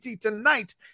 tonight